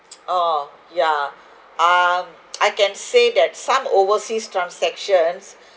orh yeah um I can say that some overseas transactions